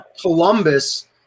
columbus